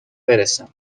برسان